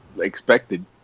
expected